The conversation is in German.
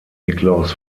nikolaus